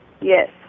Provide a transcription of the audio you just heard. Yes